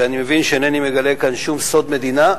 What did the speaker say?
ואני מבין שאינני מגלה כאן שום סוד מדינה,